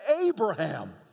Abraham